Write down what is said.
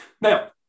Now